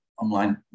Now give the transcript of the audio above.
online